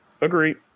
Agreed